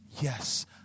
yes